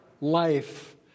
life